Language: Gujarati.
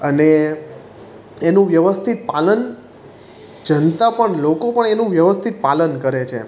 અને એનું વ્યવસ્થિત પાલન જનતા પણ લોકો પણ એનું વ્યવસ્થિત પાલન કરે છે